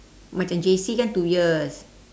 macam J_C kan two years